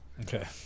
Okay